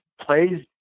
plays